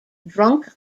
drunk